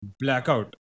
blackout